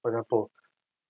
for example